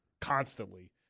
constantly